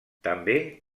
també